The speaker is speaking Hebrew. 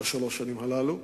בשלוש השנים הללו,